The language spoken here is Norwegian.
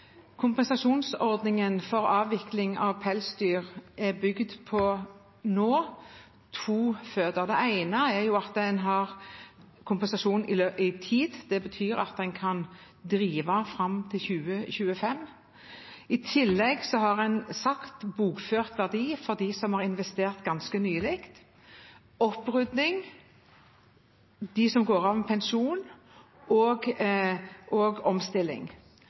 Kompensasjonsordningen for avvikling av pelsdyrhold er nå bygd på to føtter. Det ene er at en har kompensasjon i tid. Det betyr at en kan drive fram til 2025. I tillegg har en sagt bokført verdi for de som har investert ganske nylig, opprydning, de som går av med pensjon, og omstilling.